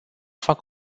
fac